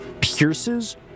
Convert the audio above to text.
pierces